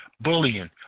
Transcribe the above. bullying